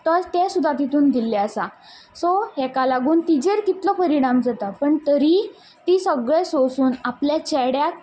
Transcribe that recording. ते सुद्दां तितून दिल्लें आसा सो हेका लागून तिजेर कितलो परिणाम जाता पण तरी ती सगलें सोंसून आपल्या चेड्याक